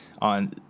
on